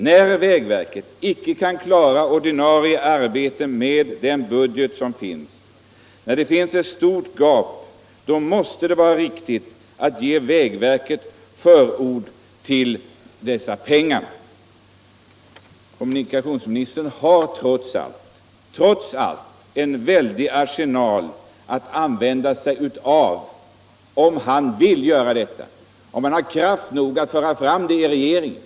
När vägverket icke kan klara ordinarie arbete med den budget som föreligger utan det finns ett stort gap, så måste det vara riktigt att ge vägverket förord till dessa pengar. Kommunikationsministern har trots allt en väldig arsenal att använda sig av, om han vill göra detta och om han har kraft nog att föra fram det i regeringen.